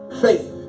Faith